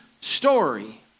story